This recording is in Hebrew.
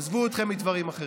עזבו אתכם מדברים אחרים.